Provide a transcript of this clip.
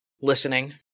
listening